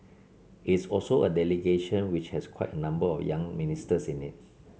it's also a delegation which has quite a number of young ministers in it